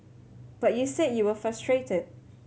but you said you were frustrated